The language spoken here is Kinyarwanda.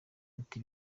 ati